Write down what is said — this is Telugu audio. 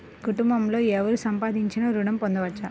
కుటుంబంలో ఎవరు సంపాదించినా ఋణం పొందవచ్చా?